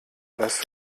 das